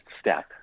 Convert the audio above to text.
step